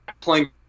playing